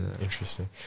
interesting